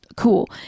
cool